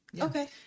Okay